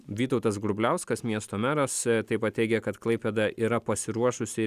vytautas grubliauskas miesto meras taip pat teigė kad klaipėda yra pasiruošusi